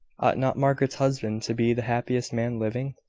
not margaret's husband to be the happiest man living?